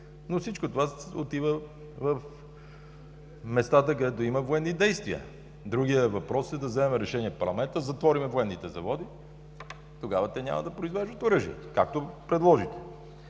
но всичко това отива на местата, където има военни действия. Другият въпрос е да вземем решение в парламента и да затворим военните заводи. Тогава те няма да произвеждат оръжие. Както предложите.